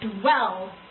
dwell